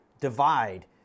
divide